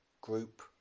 group